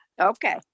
okay